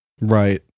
Right